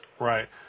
Right